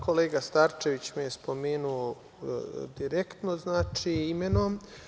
Kolega Starčević me je spomenuo direktno imenom.